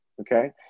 okay